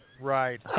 Right